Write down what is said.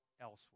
elsewhere